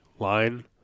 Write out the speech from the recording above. line